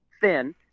thin